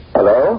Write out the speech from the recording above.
Hello